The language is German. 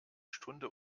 stunde